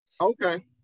Okay